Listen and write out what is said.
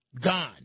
Gone